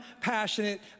passionate